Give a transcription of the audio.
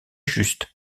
juste